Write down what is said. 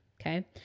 Okay